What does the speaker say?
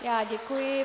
Já děkuji.